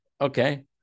Okay